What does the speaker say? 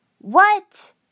What